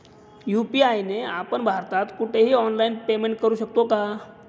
UPI ने आपण भारतात कुठेही ऑनलाईन पेमेंट करु शकतो का?